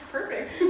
Perfect